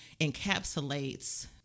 encapsulates